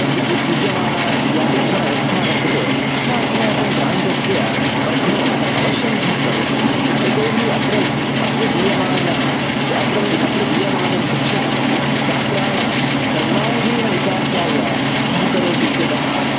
विद्यामाना या शिक्षणव्यवस्था वर्तते सा अस्माकं प्रान्तस्य वर्धने अवश्यं सहकरोति यतोहि अत्र अत्र दीयमाना अत्र दीयमानं शिक्षणं छात्राणां सर्वाङ्गीणविकासाय सहकरोति इत्यतः